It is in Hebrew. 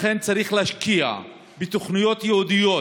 לכן יש להשקיע בתוכניות ייעודיות